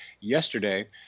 yesterday